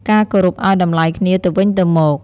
ការរគោរពឲ្យតម្លៃគ្នាទៅវិញទៅមក។